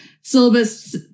syllabus